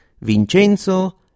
Vincenzo